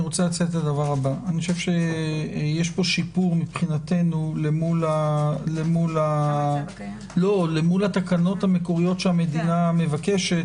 אני חושב שיש פה שיפור מבחינתנו למול התקנות המקוריות שהמדינה מבקשת